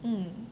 mm